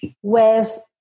Whereas